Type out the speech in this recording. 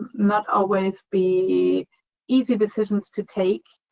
not always be easy decisions to take,